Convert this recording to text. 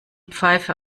pfeife